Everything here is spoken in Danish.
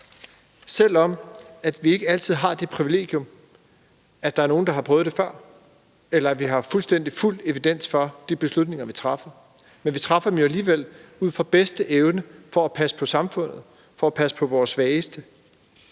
og vi har ikke altid det privilegium, at der er nogen, der har prøvet det før, og vi har heller ikke fuldstændig evidens for de beslutninger, vi træffer. Men vi træffer dem alligevel ud fra bedste evne for at passe på samfundet, for at passe på vores svageste,